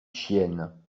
chiennes